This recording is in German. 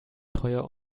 treuer